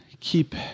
keep